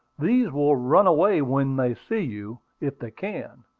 these will run away when they see you, if they can.